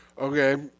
Okay